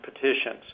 petitions